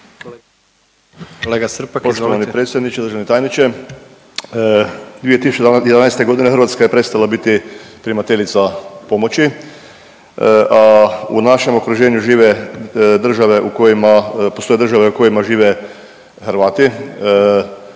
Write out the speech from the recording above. Poštovani predsjedniče, državni tajniče, 2011. godine Hrvatska je prestala biti primateljica pomoći, a u našem okruženju žive države u kojima, postoje